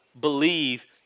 believe